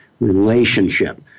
relationship